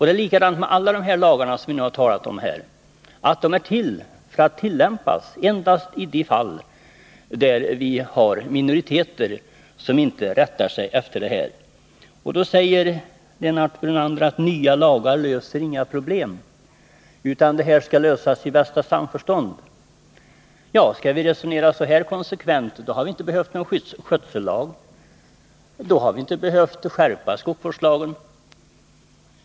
Det är likadant med alla lagar vi har talat om här — de är till för att tillämpas endast i de fall där det finns minoriteter som inte rättar sig efter vedertagna normer. Lennart Brunander säger: Nya lagar löser inga problem, utan det här skall lösas i bästa samförstånd. — Skall vi konsekvent resonera så, hade vi inte behövt någon skötsellag och inte behövt skärpa skogsvårdslagen.